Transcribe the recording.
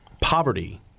poverty